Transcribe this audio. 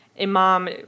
Imam